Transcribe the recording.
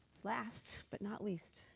last but not least,